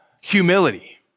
humility